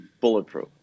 bulletproof